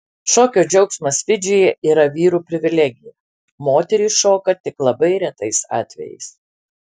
šokio džiaugsmas fidžyje yra vyrų privilegija moterys šoka tik labai retais atvejais